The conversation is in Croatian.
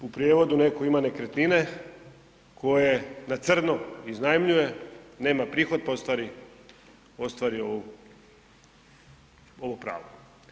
U prijevodu, netko ima nekretnine, koje na crno iznajmljuje, nema prihod pa ostvari ovo pravo.